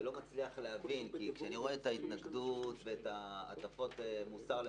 כי כשאני רואה את ההתנגדות ואת הטפות המוסר של